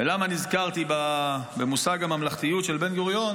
ולמה נזכרתי במושג הממלכתיות של בן-גוריון?